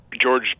George